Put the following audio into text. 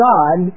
God